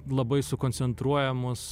labai sukoncentruoja mus